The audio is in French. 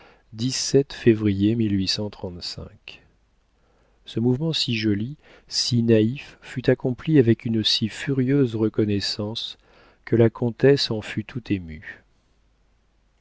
ce mouvement si joli si naïf fut accompli avec une si furieuse reconnaissance que la comtesse en fut tout émue